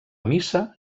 missa